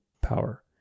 power